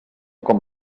com